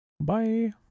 Bye